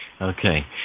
Okay